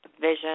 vision